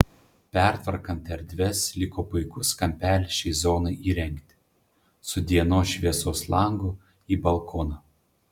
pertvarkant erdves liko puikus kampelis šiai zonai įrengti su dienos šviesos langu į balkoną